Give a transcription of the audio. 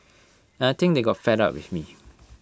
and I think they got fed up with me